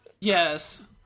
Yes